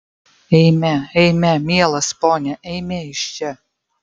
eime eime mielas pone eime iš čia